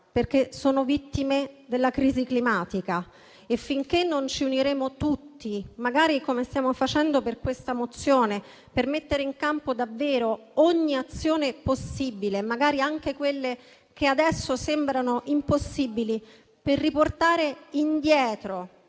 perché sono vittime della crisi climatica e, finché non ci uniremo tutti, magari come stiamo facendo per la mozione in discussione, per mettere in campo davvero ogni azione possibile, magari anche quelle che adesso sembrano impossibili, per riportare indietro